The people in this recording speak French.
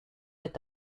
est